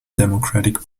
democratic